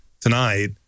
tonight